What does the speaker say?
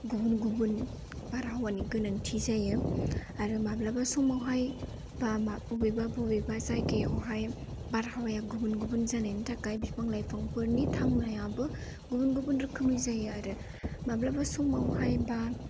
गुबुन गुबुन बारहावानि गोनांथि जायो आरो माब्लाबा समावहाय बा मा अबेबा बबेबा जायगायावहाय बारहावाया गुबुन गुबुन जानायनि थाखाय बिफां लाइफांफोरनि थांनायबो गुबुन गुबुन रोखोमनि जायो आरो माब्लाबा समावहाय बा